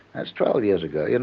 that's twelve years ago. you know